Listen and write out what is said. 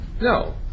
No